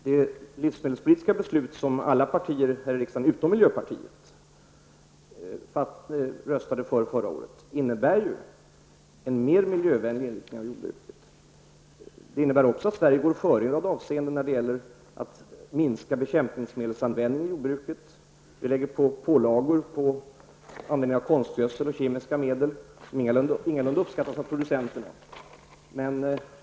Herr talman! Det livsmedelspolitiska beslut som alla partier utom miljöpartiet röstade för här i riksdagen förra året innebär ju en mera miljövänlig inriktning av jordbruket. Det innebär också att Sverige går före i en rad avseenden när det gäller att minska användningen av bekämpningsmedel i jordbruket. Vi har ju pålagor beträffande användningen av konstgödsel och kemiska medel, något som ingalunda uppskattas av producenterna.